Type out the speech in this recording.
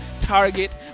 target